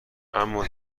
اما